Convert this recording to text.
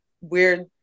weird